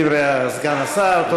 מסתפקים בדברי סגן השר.